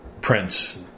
Prince